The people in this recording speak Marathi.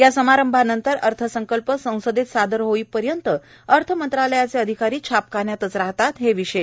या समारंभानंतर अर्थसंकल्प संसदेत सादर होईपर्यंत अर्थमंत्रालयाचे अधिकारी छापखान्यातच राहतात हे विशेष